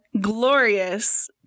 glorious